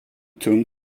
tunn